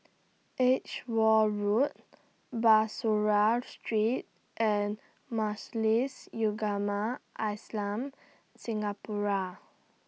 Edgeware Road Bussorah Street and Majlis Ugama Islam Singapura